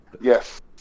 Yes